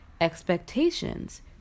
expectations